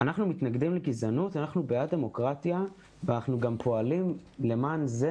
אנחנו מתנגדים לגזענות ואנחנו בעד דמוקרטיה ואנחנו גם פועלים למען זה.